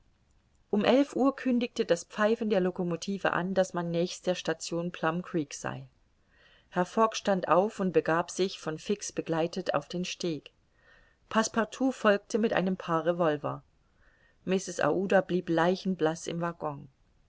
um elf uhr kündigte das pfeifen der locomotive an daß man nächst der station plum creek sei herr fogg stand auf und begab sich von fix begleitet auf den steg passepartout folgte mit einem paar revolver mrs aouda blieb leichenblaß im waggon